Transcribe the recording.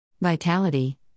Vitality